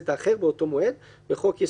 עומד בראשו השר ארדן לא צריך להרים יד,